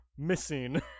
missing